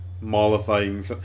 mollifying